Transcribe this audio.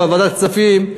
בוועדת כספים,